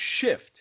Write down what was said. shift